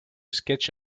sketches